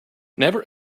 never